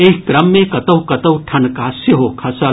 एहि क्रम मे कतहु कतहु ठनका सेहो खसल